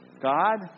God